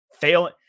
fail